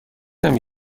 نمی